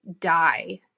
die